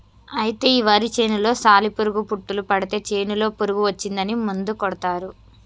అయితే ఈ వరి చేనులో సాలి పురుగు పుట్టులు పడితే చేనులో పురుగు వచ్చిందని మందు కొడతారు